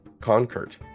Concert